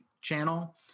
channel